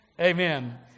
Amen